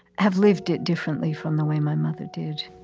have lived it differently from the way my mother did